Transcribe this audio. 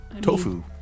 tofu